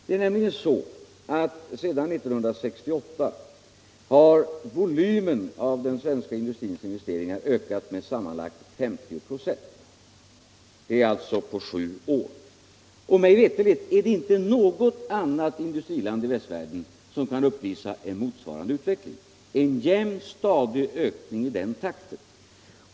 Det är nämligen så att sedan 1968, alltså på sju år, har volymen av den svenska industrins investeringar ökat med sammanlagt 50 2, och mig veterligt är det inte något annat industriland i västvärlden som kan uppvisa en sådan ökningstakt.